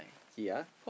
ya